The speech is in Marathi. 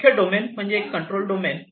मुख्य डोमेन म्हणजे कंट्रोल डोमेन